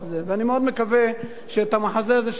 אני מאוד מקווה שאת המחזה הזה שראינו,